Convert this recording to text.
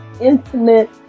intimate